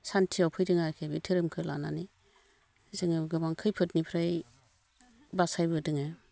सान्थियाव फैदों आरोकि बे धोरोमखौ लानानै जोङो गोबां खैफोदनिफ्राय बासायबोदों